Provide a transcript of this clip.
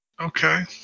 Okay